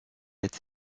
est